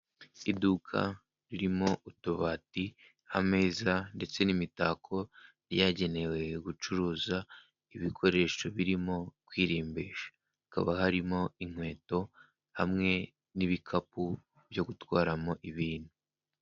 Iduka ririmo utubati, ameza ndetse n'imitako yagenewe gucuruza ibikoresho birimo kwirimbisha, hakaba harimo inkweto hamwe n'ibikapu byo gutwaramo ibintu.